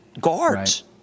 guards